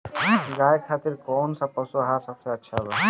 गाय खातिर कउन सा पशु आहार सबसे अच्छा बा?